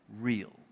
real